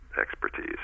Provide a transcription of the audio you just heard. expertise